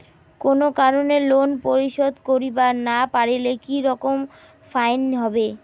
কোনো কারণে লোন পরিশোধ করিবার না পারিলে কি রকম ফাইন হবে?